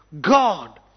God